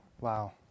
Wow